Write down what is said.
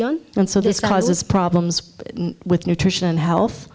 young and so this causes problems with nutrition and health